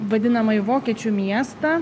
vadinamąjį vokiečių miestą